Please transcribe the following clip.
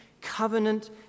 covenant